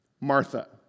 Martha